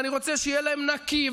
ואני רוצה שיהיה להם נקי,